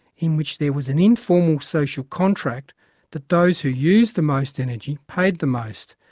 in which there was an informal social contract that those who used the most energy paid the most,